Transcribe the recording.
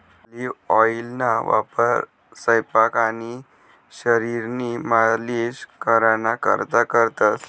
olive ऑइलना वापर सयपाक आणि शरीरनी मालिश कराना करता करतंस